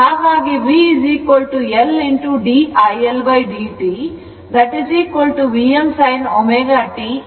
ಹಾಗಾಗಿ V L d iLdt Vm sin ω t